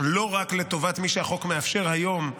לא רק לטובת מי שהחוק מאפשר היום,